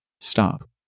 stop